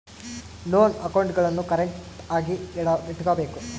loan ಅಕೌಂಟ್ಗುಳ್ನೂ ಕರೆಕ್ಟ್ಆಗಿ ಇಟಗಬೇಕು